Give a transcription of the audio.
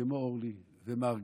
כמו אורלי ומרגי,